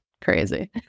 crazy